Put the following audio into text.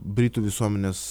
britų visuomenės